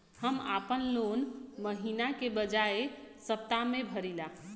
हम आपन लोन महिना के बजाय सप्ताह में भरीला